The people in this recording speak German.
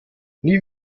nie